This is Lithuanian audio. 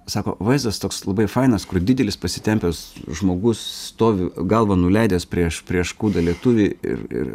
sako vaizdas toks labai fainas kur didelis pasitempęs žmogus stovi galvą nuleidęs prieš prieš kūdą lietuvį ir ir